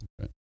Right